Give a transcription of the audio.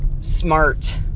smart